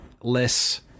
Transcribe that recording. less